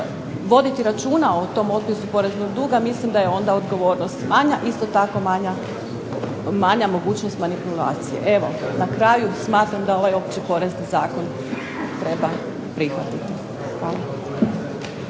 voditi računa o tom otpisu poreznog duga mislim da je odgovornost manja isto tako manja mogućnost manipulacije. Evo, na kraju smatram da ovaj Opći porezni zakon treba prihvatiti. Hvala.